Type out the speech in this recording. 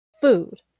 food